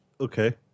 Okay